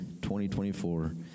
2024